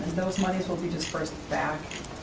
those moneys will be dispersed back